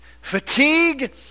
fatigue